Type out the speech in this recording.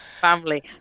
family